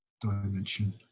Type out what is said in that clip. dimension